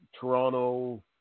Toronto